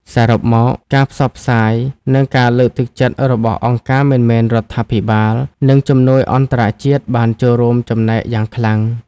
សរុបមក ការផ្សព្វផ្សាយ និងការលើកទឹកចិត្តរបស់អង្គការមិនមែនរដ្ឋាភិបាល និងជំនួយអន្តរជាតិបានចូលរួមចំណែកយ៉ាងខ្លាំង។